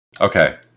okay